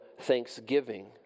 thanksgiving